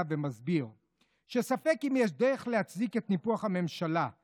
ומסביר ש"ספק אם יש דרך להצדיק את ניפוח הממשלה.